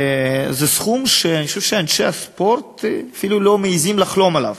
זה סכום שאני חושב שאנשי הספורט אפילו לא מעזים לחלום עליו.